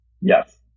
Yes